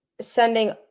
sending